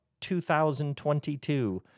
2022